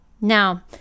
Now